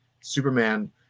Superman